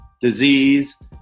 disease